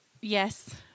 Yes